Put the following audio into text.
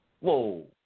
Whoa